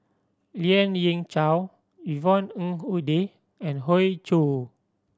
Lien Ying Chow Yvonne Ng Uhde and Hoey Choo